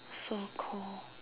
so cold